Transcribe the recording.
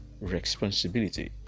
responsibility